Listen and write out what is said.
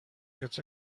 gets